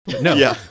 No